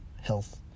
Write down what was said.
health